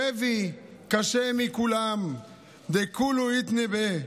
שבי קשה מכולם, "דכולהו איתנהו ביה".